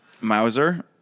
Mauser